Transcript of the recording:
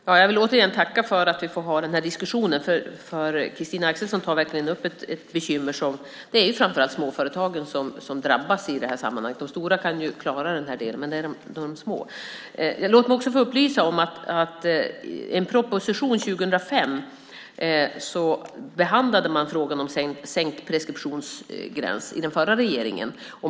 Fru talman! Jag vill återigen tacka för att vi får ha den här diskussionen. Christina Axelsson tar upp en sak som verkligen är ett bekymmer. Det är framför allt småföretagen som drabbas i det här sammanhanget. De stora företagen kan klara den här delen, så det gäller de små företagen. Låt mig också få upplysa om att i en proposition år 2005 behandlade den förra regeringen frågan om sänkt preskriptionsgräns.